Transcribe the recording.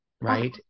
right